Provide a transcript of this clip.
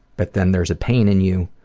but then there's a pain in you